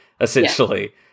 essentially